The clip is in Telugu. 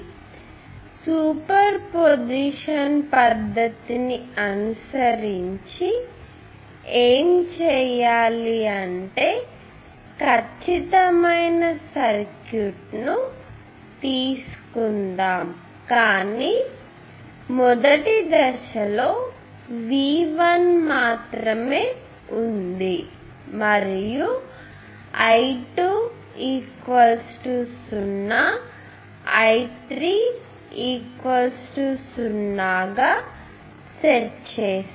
కాబట్టి సూపర్ పొజిషన్ పద్ధతిని అనుసరించి ఏమి చేయాలి అంటే ఖచ్చితమైన సర్క్యూట్ తీసుకుందాం కానీ మొదటి దశలో V1 మాత్రమే ఉంది మరియు I2 0 మరియు I3 0 సెట్ చేసాము